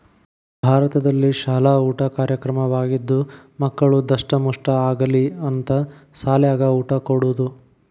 ಭಾರತದಲ್ಲಿಶಾಲ ಊಟದ ಕಾರ್ಯಕ್ರಮವಾಗಿದ್ದು ಮಕ್ಕಳು ದಸ್ಟಮುಷ್ಠ ಆಗಲಿ ಅಂತ ಸಾಲ್ಯಾಗ ಊಟ ಕೊಡುದ